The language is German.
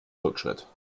rückschritt